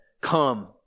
come